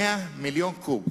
100 מיליון קוב,